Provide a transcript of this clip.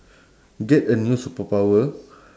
get a new superpower